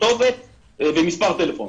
כתובת ומספר טלפון.